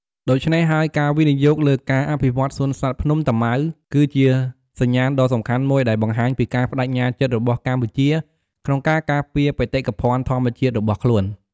ដូច្នេះហើយ ការវិនិយោគលើការអភិវឌ្ឍន៍សួនសត្វភ្នំតាម៉ៅ គឺជាសញ្ញាណដ៏សំខាន់មួយដែលបង្ហាញពីការប្តេជ្ញាចិត្តរបស់កម្ពុជាក្នុងការការពារបេតិកភណ្ឌធម្មជាតិរបស់ខ្លួន។